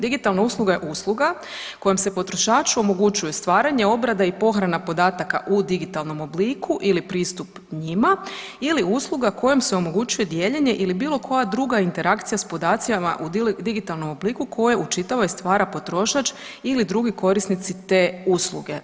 Digitalna usluga je usluga kojom se potrošaču omogućuje stvaranje obrada i pohrana podataka u digitalnom obliku ili pristup njima, ili usluga kojom se omogućuje dijeljenje ili bilo koja druga interakcija s podacima u digitalnom obliku koje u čitavoj stvara potrošač ili drugi korisnici te usluge.